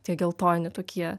tie geltoni tokie